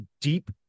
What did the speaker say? deep